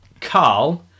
Carl